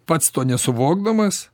pats to nesuvokdamas